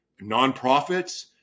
Nonprofits